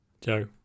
Joe